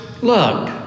look